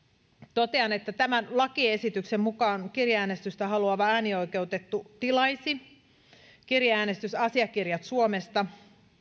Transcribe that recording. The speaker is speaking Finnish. totean että tämän lakiesityksen mukaan kirjeäänestystä haluava äänioikeutettu tilaisi kirjeäänestysasiakirjat suomesta